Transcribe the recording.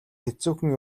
хэцүүхэн